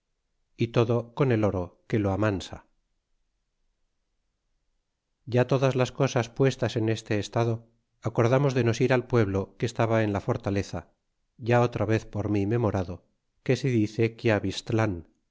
y todo con el oro que lo amansa ya todas las cosas puestas en este estado acordamos de nos ir al pueblo que estaba en la fortaleza ya otra vez por mí memorado que se dice quiavistlan y que